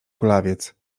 kulawiec